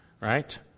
right